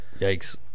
yikes